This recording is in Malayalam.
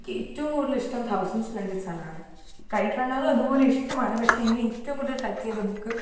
എനിക്കേറ്റോം കൂടുതലിഷ്ടം തൗസൻറ്റ്സ് പെന്നിസനാണ് കെയ്റ്റ് റണ്ണറും അതുപോലെ ഇഷ്ടമാണ് പക്ഷേ എന്നെ ഏറ്റോം കൂടുതൽ ടച്ച് ചെയ്ത ബുക്ക്